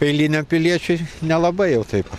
eiliniam piliečiui nelabai jau taip